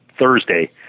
Thursday